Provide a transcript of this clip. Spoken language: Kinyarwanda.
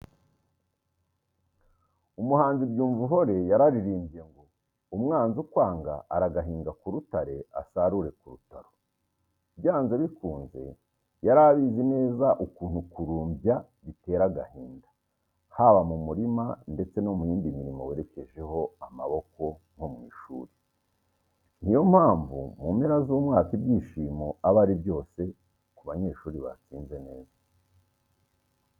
Umuhanzi Byumvuhore yararirimbye ngo: ''Umwanzi ukwanga aragahinga ku rutare asarure ku rutaro." Byanze bikunze yari abizi neza ukuntu kurumbya bitera agahinda, haba mu murima ndetse no mu yindi mirimo werekejeho amaboko nko mu ishuri, ni yo mpamvu mu mpera z'umwaka ibyishimo aba ari byose ku banyeshuri batsinze neza.